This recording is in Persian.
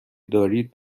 دارید